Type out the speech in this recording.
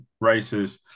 races